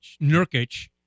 Nurkic